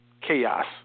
chaos